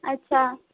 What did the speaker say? ଆଚ୍ଛା